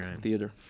theater